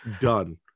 Done